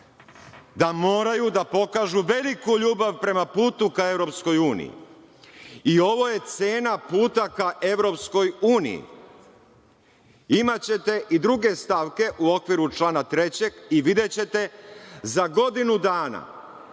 da moraju da pokažu veliku ljubav prema putu ka EU. I ovo je cena puta ka Evropskoj uniji. Imaćete i druge stavke u okviru člana 3. i videćete, za godinu dana